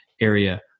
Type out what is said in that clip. area